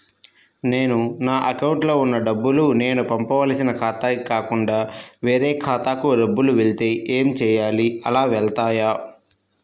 నేను నా అకౌంట్లో వున్న డబ్బులు నేను పంపవలసిన ఖాతాకి కాకుండా వేరే ఖాతాకు డబ్బులు వెళ్తే ఏంచేయాలి? అలా వెళ్తాయా?